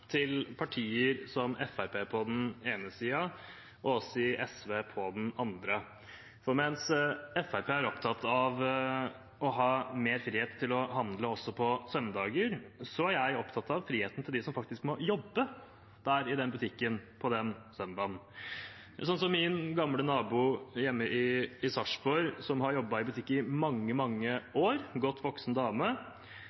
til partier som Fremskrittspartiet på den ene siden og oss i SV på den andre, for mens Fremskrittspartiet er opptatt av å ha mer frihet til å handle også på søndager, er jeg opptatt av friheten til dem som faktisk må jobbe der i den butikken på den søndagen – slik som min gamle nabo hjemme i Sarpsborg, som har jobbet i butikk i mange, mange